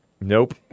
Nope